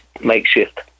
makeshift